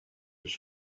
his